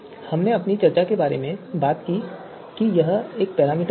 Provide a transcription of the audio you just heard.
हमने अपनी चर्चा में इस बारे में बात की कि यह पैरामीटर v है